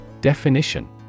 Definition